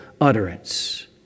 utterance